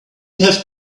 have